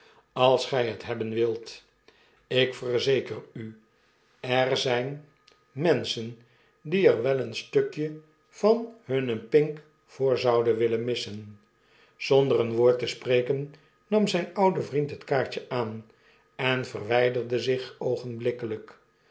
als gij het hebben wilt ik verzeker u er zjjn menschen die er wel een stukje van hunnen pink voor zouden willen missen zonder een woord te spreken nam zijnoude vriend het kaartje aan en verwjjderde zich